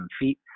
feet